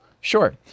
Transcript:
sure